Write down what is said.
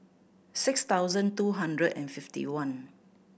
six thousand two hundred and fifty one